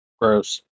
Gross